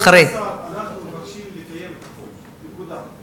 כבוד השר, אנחנו מבקשים לקיים את החוק, נקודה.